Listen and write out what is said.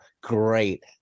Great